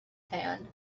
hand